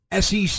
SEC